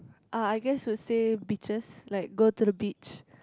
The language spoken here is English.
ah I guess would say beaches like go to the beach